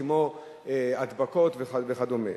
כמו הדבקות וכדומה.